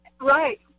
right